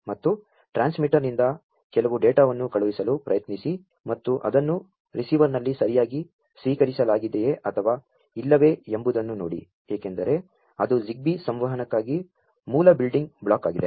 ಮತ್ತು ಟ್ರಾ ನ್ಸ್ಮಿಟರ್ನಿಂ ದ ಕೆಲವು ಡೇ ಟಾ ವನ್ನು ಕಳು ಹಿಸಲು ಪ್ರಯತ್ನಿಸಿ ಮತ್ತು ಅದನ್ನು ರಿಸೀ ವರ್ನಲ್ಲಿ ಸರಿಯಾ ಗಿ ಸ್ವೀ ಕರಿಸಲಾ ಗಿದೆಯೇ ಅಥವಾ ಇಲ್ಲವೇ ಎಂ ಬು ದನ್ನು ನೋ ಡಿ ಏಕೆಂ ದರೆ ಅದು Zigbee ಸಂ ವಹನಕ್ಕೆ ಮೂ ಲ ಬಿಲ್ಡಿಂ ಗ್ ಬ್ಲಾ ಕ್ ಆಗಿದೆ